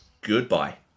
Goodbye